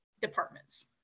departments